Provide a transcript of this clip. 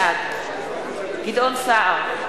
בעד גדעון סער,